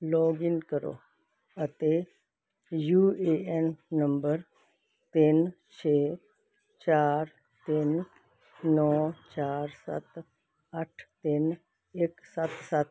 login ਕਰੋ ਅਤੇ U A N number ਤਿੰਨ ਛੇ ਚਾਰ ਤਿੰਨ ਨੌਂ ਚਾਰ ਸੱਤ ਅੱਠ ਤਿੰਨ ਇੱਕ ਸੱਤ ਸੱਤ